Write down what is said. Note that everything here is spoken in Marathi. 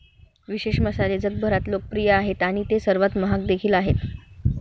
विशेष मसाले जगभरात लोकप्रिय आहेत आणि ते सर्वात महाग देखील आहेत